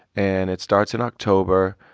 and it starts in october.